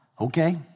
Okay